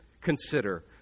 consider